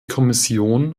kommission